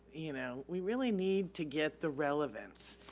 you know, we really need to get the relevance.